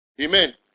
Amen